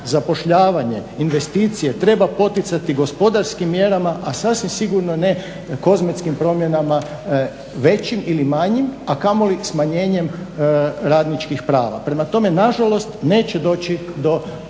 zapošljavanje, investicije treba poticati gospodarskim mjerama a sasvim sigurno ne kozmetskim promjenama većim ili manjim, a kamoli smanjenjem radničkih prava. Prema tome nažalost neće doći do